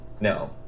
no